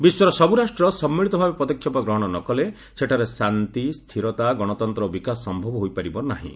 ବିଶ୍ୱର ସବୁ ରାଷ୍ଟ୍ର ସମ୍ମିଳିତ ଭାବେ ପଦକ୍ଷେପ ଗ୍ରହଣ ନ କଲେ ସେଠାରେ ଶାନ୍ତି ସ୍ଥିରତା ଗଣତନ୍ତ୍ର ଓ ବିକାଶ ସମ୍ଭବ ହୋଇପାରିବ ନାହିଁ